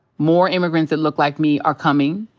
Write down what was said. more immigrants that look like me are coming.